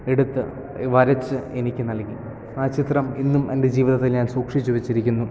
എടുത്ത് വരച്ച് എനിക്ക് നൽകി ആ ചിത്രം ഇന്നും എൻ്റെ ജീവിതത്തിൽ ഞാൻ സൂക്ഷിച്ച് വെച്ചിരിക്കുന്നു